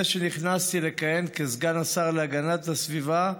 שנכנסתי לכהן כסגן השר להגנת הסביבה,